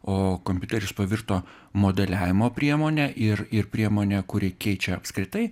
o kompiuteris pavirto modeliavimo priemone ir ir priemone kuri keičia apskritai